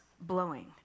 blowing